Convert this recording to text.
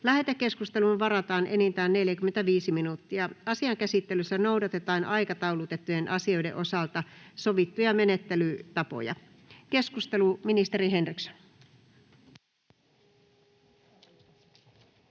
Lähetekeskusteluun varataan enintään 45 minuuttia. Asian käsittelyssä noudatetaan aikataulutettujen asioiden osalta sovittuja menettelytapoja. — Ministeri Henriksson. Arvoisa